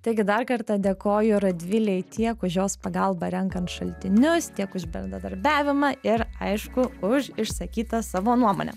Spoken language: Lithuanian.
taigi dar kartą dėkoju radvilei tiek už jos pagalbą renkant šaltinius tiek už bendradarbiavimą ir aišku už išsakytą savo nuomonę